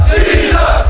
Caesar